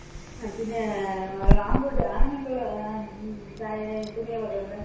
ആ പിന്നേ ആൺകുട്ടി ആണുങ്ങൾക്ക് ഉള്ള തുണികളൊക്കെ ഉണ്ടോ